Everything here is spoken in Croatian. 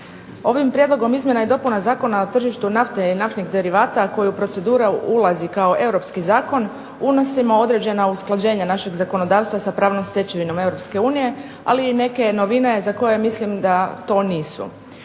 Ovim prijedlogom izmjena i dopuna Zakona o tržištu nafte i naftnih derivata koji u proceduru ulazi kao europski zakon unosimo određena usklađenja našeg zakonodavstva sa pravnom stečevinom EU, ali i neke novine za koje mislim da to nisu.